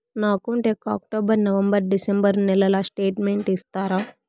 నా అకౌంట్ యొక్క October, November, December నెలల స్టేట్మెంట్ ఇస్తారా?